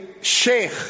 Sheikh